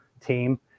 team